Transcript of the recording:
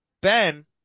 Ben